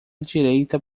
direita